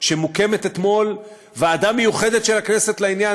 עד שהוקמה אתמול ועדה מיוחדת של הכנסת לעניין,